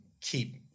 keep